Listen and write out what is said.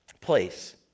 place